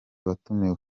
watumiwe